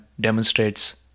demonstrates